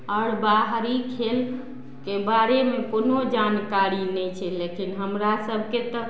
आओर बाहरी खेलके बारेमे कोनो जानकारी नहि छै लेकिन हमरा सभके तऽ